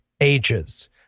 Ages